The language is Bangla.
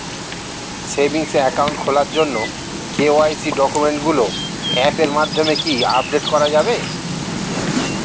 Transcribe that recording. সেভিংস একাউন্ট খোলার জন্য কে.ওয়াই.সি ডকুমেন্টগুলো অ্যাপের মাধ্যমে কি আপডেট করা যাবে?